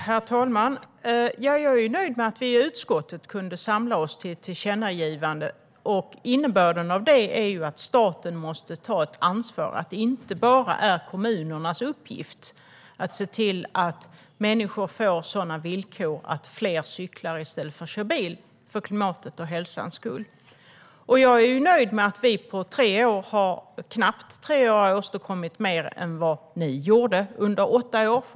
Herr talman! Jag är nöjd med att vi i utskottet kunde samla oss till ett tillkännagivande. Innebörden av det är ju att staten måste ta ett ansvar. Det är inte bara kommunernas uppgift att se till att det blir sådana villkor att fler cyklar i stället för att köra bil - detta för klimatets och hälsans skull. Jag är nöjd med att vi på knappt tre år har åstadkommit mer än vad ni gjorde under åtta år.